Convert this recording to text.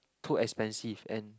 too expensive and